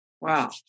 Wow